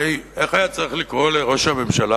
הרי איך היה צריך לקרוא לראש הממשלה